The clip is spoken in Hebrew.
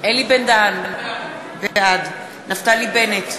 אלי בן-דהן בעד נפתלי בנט,